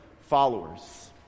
followers